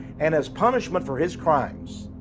and as punishment for his crimes,